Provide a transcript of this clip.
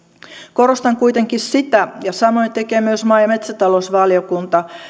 korostan kuitenkin sitä ja samoin tekee myös maa ja metsätalousvaliokunta